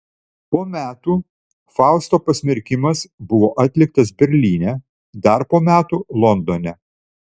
po metų fausto pasmerkimas buvo atliktas berlyne dar po metų londone